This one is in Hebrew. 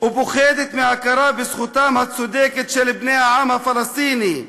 ופוחדת מההכרה בזכותם הצודקת של בני העם הפלסטיני.